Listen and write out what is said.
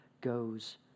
goes